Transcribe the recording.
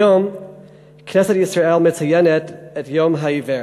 היום כנסת ישראל מציינת את יום העיוור.